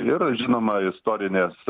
ir žinoma istorinės